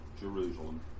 Jerusalem